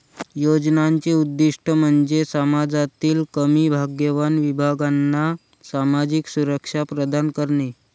योजनांचे उद्दीष्ट म्हणजे समाजातील कमी भाग्यवान विभागांना सामाजिक सुरक्षा प्रदान करणे